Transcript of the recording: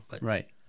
Right